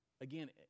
Again